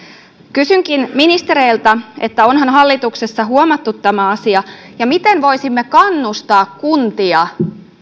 kysynkin ministereiltä onhan hallituksessa huomattu tämä asia ja miten voisimme kannustaa kuntia